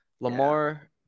Lamar